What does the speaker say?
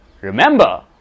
Remember